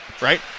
right